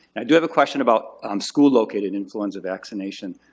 i do have a question about school located influenza vaccination.